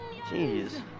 jeez